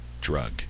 drug